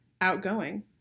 outgoing